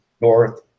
north